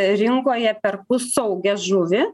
rinkoje perku saugią žuvį